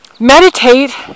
meditate